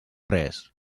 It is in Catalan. res